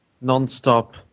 Non-stop